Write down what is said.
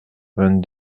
vingt